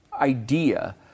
idea